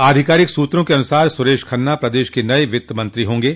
आधिकारिक सूत्रों के अनुसार सुरेश खन्ना प्रदेश के नये वित्त मंत्री होंगे